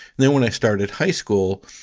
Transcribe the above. then when i started high school,